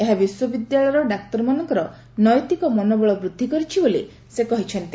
ଏହା ବିଶ୍ୱବିଦ୍ୟାଳୟର ଡାକ୍ତରମାନଙ୍କର ନୈତିକ ମନୋବଳ ବୃଦ୍ଧି କରିଛି ବୋଲି ସେ କହିଚ୍ଛନ୍ତି